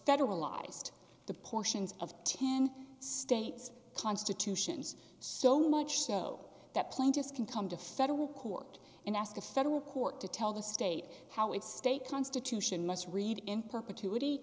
federalized the portions of ten states constitutions so much so that plaintiffs can come to federal court and ask the federal court to tell the state how its state constitution must read in perpetuit